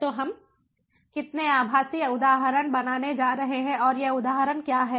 तो हम कितने आभासी उदाहरण बनाने जा रहे हैं और ये उदाहरण क्या हैं